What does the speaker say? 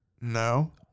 No